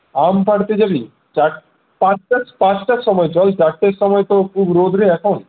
আম পাড়তে যাবি চার পাঁচটা পাঁচটার সময় চল চারটের সময় তো খুব রোদ রে এখন